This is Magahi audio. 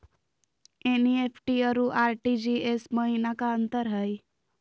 एन.ई.एफ.टी अरु आर.टी.जी.एस महिना का अंतर हई?